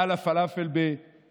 שהם